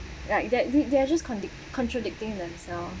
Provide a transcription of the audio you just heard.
like that they they're just condic~ contradicting themselves